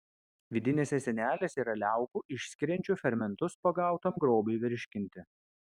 vidinėse sienelėse yra liaukų išskiriančių fermentus pagautam grobiui virškinti